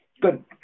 Good